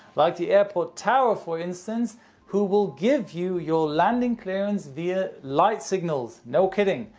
like the airport tower for instance who will give you your landing clearance via light signals. no kidding.